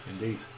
indeed